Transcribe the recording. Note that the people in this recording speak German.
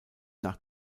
nach